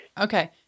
Okay